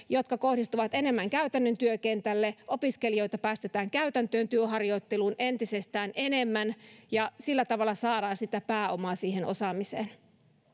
jotka kohdistuvat enemmän käytännön työkentälle opiskelijoita päästetään käytäntöön työharjoitteluun entisestään enemmän ja sillä tavalla saadaan sitä pääomaa siihen osaamiseen